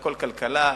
הכול כלכלה,